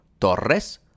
Torres